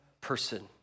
person